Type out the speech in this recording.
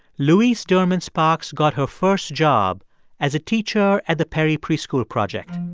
louise derman-sparks got her first job as a teacher at the perry preschool project.